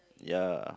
ya